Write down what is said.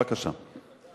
בבקשה.